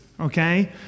okay